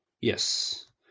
Yes